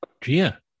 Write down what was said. Gia